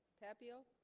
tapio